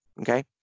okay